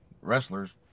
wrestlers